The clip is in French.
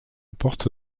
porte